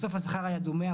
בסוף השכר היה דומה,